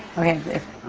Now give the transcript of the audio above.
okay. if